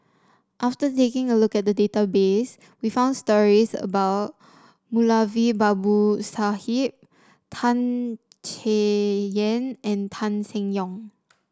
after taking a look at the database we found stories about Moulavi Babu Sahib Tan Chay Yan and Tan Seng Yong